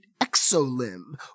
exo-limb